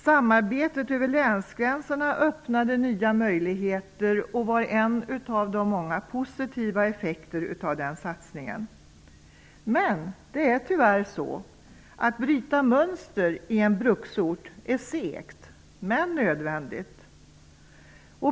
Samarbetet över länsgränserna öppnade nya möjligheter och var en av de många positiva effekterna av den satsningen. Men tyvärr är det segt att bryta mönster i en bruksort, men nödvändigt.